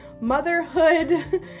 motherhood